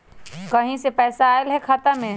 कहीं से पैसा आएल हैं खाता में?